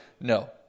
No